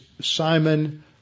Simon